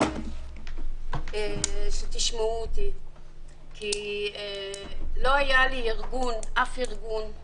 שתשמעו אותי כי לא היה לי אף ארגון,